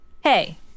Hey